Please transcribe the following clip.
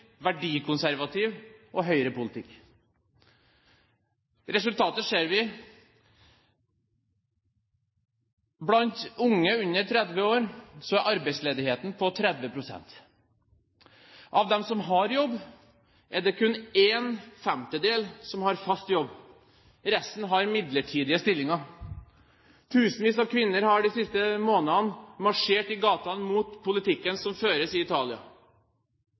verdikonservativt og høyrepolitikk. Resultatet ser vi. Blant unge under 30 år er arbeidsledigheten på 30 pst. Av dem som har jobb, er det kun en femtedel som har fast jobb – resten har midlertidige stillinger. Tusenvis av kvinner i Italia har de siste månedene marsjert i gatene mot politikken som føres.